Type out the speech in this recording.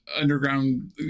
underground